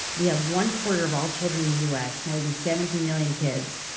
we have one quarter of all children in the u. s, more than seventeen million kids,